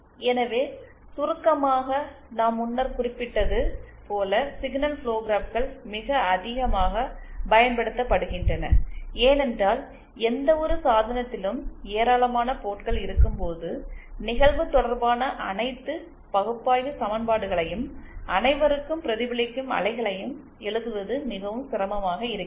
எனவே சுருக்கமாக நான் முன்னர் குறிப்பிட்டது போல சிக்னல் ஃபுளோ கிராப்கள் மிக அதிகமாக பயன்படுத்தப்படுகின்றன ஏனென்றால் எந்தவொரு சாதனத்திலும் ஏராளமான போர்ட்கள் இருக்கும்போது நிகழ்வு தொடர்பான அனைத்து பகுப்பாய்வு சமன்பாடுகளையும் அனைவருக்கும் பிரதிபலிக்கும் அலைகளையும் எழுதுவது மிகவும் சிரமமாக இருக்கிறது